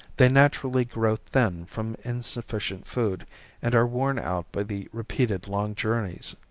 they naturally grow thin from insufficient food and are worn out by the repeated long journeys.